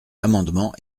amendement